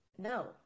No